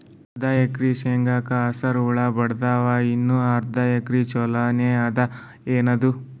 ಅರ್ಧ ಎಕರಿ ಶೇಂಗಾಕ ಹಸರ ಹುಳ ಬಡದಾವ, ಇನ್ನಾ ಅರ್ಧ ಛೊಲೋನೆ ಅದ, ಏನದು?